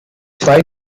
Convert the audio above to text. zwei